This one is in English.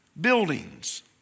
Buildings